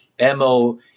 MO